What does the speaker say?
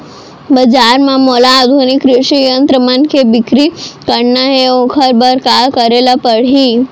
बजार म मोला आधुनिक कृषि यंत्र मन के बिक्री करना हे ओखर बर का करे ल पड़ही?